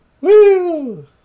Woo